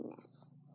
nest